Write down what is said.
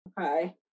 Okay